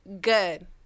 good